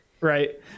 Right